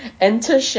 enter